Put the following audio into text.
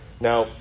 Now